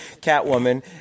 Catwoman